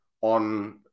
on